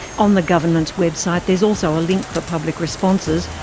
on the government's website there's also a link for public responses,